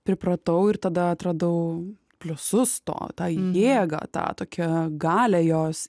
pripratau ir tada atradau pliusus to tą jėgą tą tokią galią jos